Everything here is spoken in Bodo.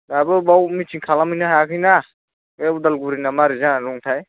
दाबो बाव मिथिं खालामहैनो हायाखैना बे उदालगुरिना मारै जानानै दंथाय